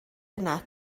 yna